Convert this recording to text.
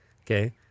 Okay